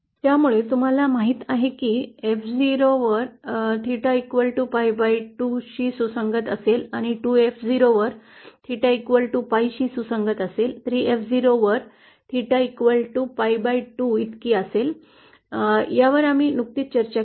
त्यामुळे तुम्हाला माहीत आहे की F 0 वर थेटा pi2 शी सुसंगत असेल आणि 2F0 वर थेटाpi शी सुसंगत असेल 3F0 वर थेटा3pi2 इतकी असेल यावर आम्ही नुकतीच चर्चा केली